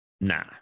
Nah